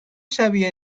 شبیه